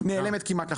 נעלמת כמעט לחלוטין.